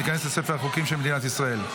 ותיכנס לספר החוקים של מדינת ישראל.